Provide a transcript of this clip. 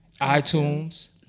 iTunes